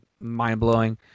mind-blowing